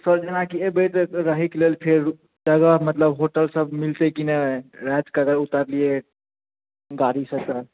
sir जेनाकि एबै तऽ रहै के लेल फेर तऽ मतलब होटल सभ मिलतै कि नहि राति कऽ अगर उतरलियै गाड़ी सँ तऽ